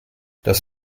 das